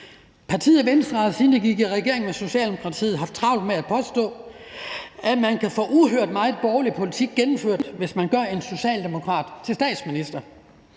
Partiet Venstre har, siden det gik i regering med Socialdemokratiet, haft travlt med at påstå, at man kan få uhørt meget borgerlig politik gennemført, hvis man gør en socialdemokrat til statsminister.